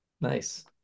Nice